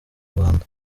rwanda